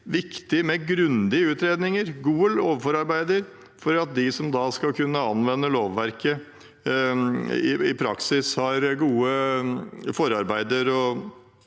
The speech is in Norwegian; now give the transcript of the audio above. med grundige utredninger og gode lovforarbeider for at de som skal kunne anvende lovverket i praksis, har gode forutsetninger